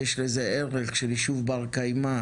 שיש לזה איזה ערך של ישוב בר קיימא,